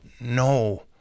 no